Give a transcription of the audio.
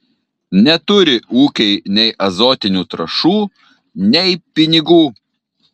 neturi ūkiai nei azotinių trąšų nei pinigų